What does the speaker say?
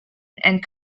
and